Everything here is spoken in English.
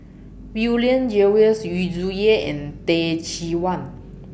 William Jervois Yu Zhuye and Teh Cheang Wan